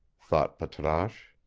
thought patrasche